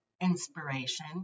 inspiration